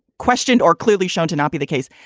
question are clearly shown to not be the case.